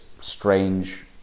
strange